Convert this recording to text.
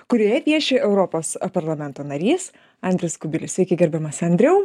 kurioje vieši europos parlamento narys andrius kubilius sveiki gerbiamas andriau